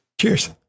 Cheers